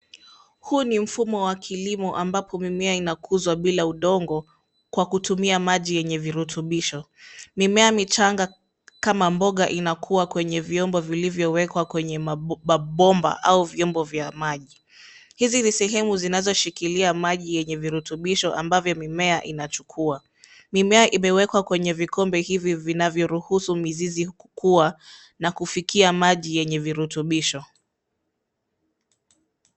Huu ni mfumo wa kilimo ambapo mimea inakuzwa bila udongo kwa kutumia maji yenye virutubisho. Mimea michanga kama mboga inakua kwenye vyombo vilivyowekwa kwenye mabomba au vyombo vya maji. Hizi ni sehemu zinazoshikilia maji yenye virutubisho ambavyo mimea inachukuwa. Mimea imewekwa kwenye vikombe hivi vinavyoruhusu mizizi kukua na kufikia maji yenye virutubisho.